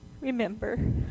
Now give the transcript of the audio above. remember